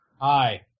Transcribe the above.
Hi